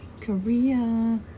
korea